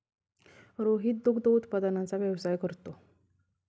रोहित दुग्ध उत्पादनाचा व्यवसाय करतो